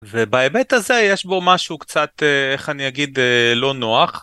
ובהיבט הזה יש בו משהו קצת... איך אני אגיד? לא נוח.